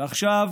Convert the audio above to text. ועכשיו